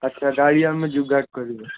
ଆଚ୍ଛା ଗାଡ଼ି ଆମେ ଯୋଗାଡ଼ କରିବୁ